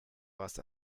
warst